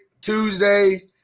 Tuesday